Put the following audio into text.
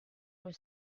were